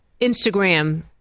Instagram